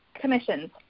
commissions